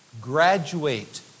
graduate